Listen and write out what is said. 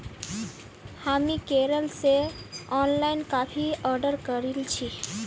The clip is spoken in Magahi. हामी केरल स ऑनलाइन काफी ऑर्डर करील छि